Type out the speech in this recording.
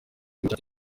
gihugu